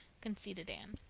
conceded anne.